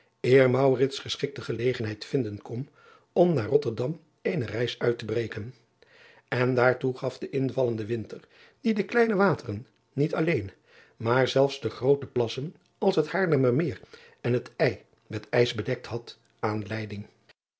eer geschikte gelegenheid vinden kon om naar otterdam eene reis uit te breken n daartoe gaf de invallende winter die de kleine wateren niet alleen maar zelfs de groote plassen als het aarlemmermeer en het met ijs bedekt had aanleiding